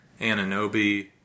Ananobi